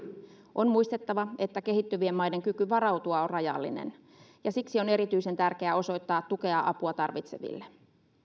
on muistettava että kehittyvien maiden kyky varautua on rajallinen ja siksi on erityisen tärkeää osoittaa tukea apua tarvitseville